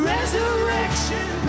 Resurrection